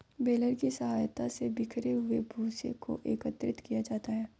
baler की सहायता से बिखरे हुए भूसे को एकत्रित किया जाता है